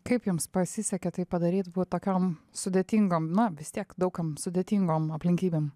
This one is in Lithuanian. kaip jums pasisekė tai padaryt būt tokiam sudėtingom na vis tiek daug kam sudėtingom aplinkybėm